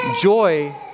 Joy